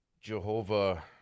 Jehovah